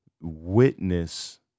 witness